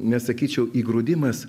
nesakyčiau įgrūdimas